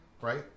Right